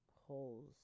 holes